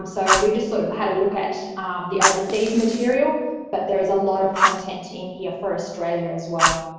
so we've just sort of had a look at the overseas material but there is a lot of content in here for australia as well.